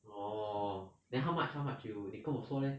orh then how much how much you 你跟我说 leh